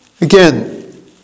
Again